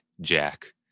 Jack